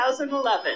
2011